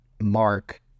mark